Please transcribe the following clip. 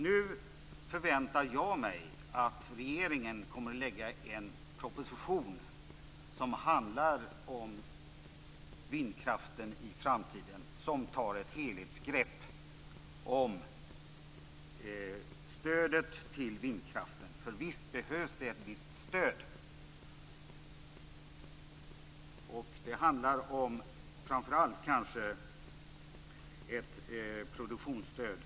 Jag förväntar mig att regeringen nu kommer att lägga fram en proposition om vindkraften i framtiden, där man tar ett helhetsgrepp om stödet till vindkraften - för visst behövs det ett visst stöd. Det handlar kanske framför allt om ett produktionsstöd.